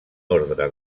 ordre